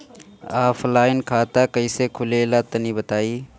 Offline खाता कइसे खुलेला तनि बताईं?